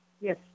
Yes